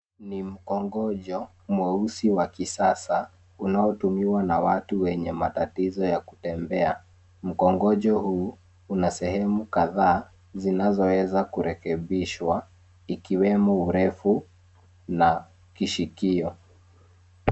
Ni mkongojo mweusi wa kisasa unaotumiwa na watu wenye matatizo ya kutembea. Mkongojo huu una sehemu kadhaa zinazoweza kurekebishwa ikiwemo urefu na kishikio.